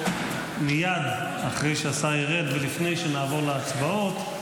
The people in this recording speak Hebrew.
מייד לאחר שהשר ירד ולפני שנעבור להצבעות,